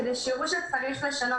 כדי שיראו שצריך לשנות.